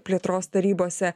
plėtros tarybose